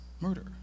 murder